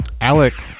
Alec